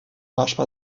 marchent